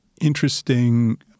interesting